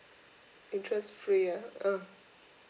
interest free uh uh